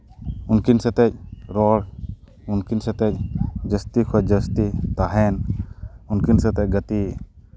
ᱩᱱᱠᱤᱱ ᱥᱟᱛᱮᱜ ᱨᱚᱲ ᱩᱱᱠᱤᱱ ᱥᱟᱛᱮᱜ ᱡᱟᱹᱥᱛᱤ ᱠᱷᱚᱡ ᱡᱟᱹᱥᱛᱤ ᱛᱟᱦᱮᱱ ᱩᱱᱠᱤᱱ ᱥᱟᱛᱮᱜ ᱜᱟᱛᱮᱜ